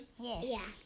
Yes